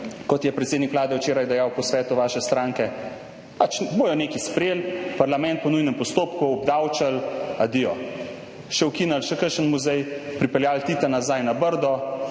kot je predsednik Vlade včeraj dejal po svetu vaše stranke. Pač bodo nekaj sprejeli, v parlament po nujnem postopku, obdavčili – adijo. Ukinili še kakšen muzej, pripeljali Tita nazaj na Brdo,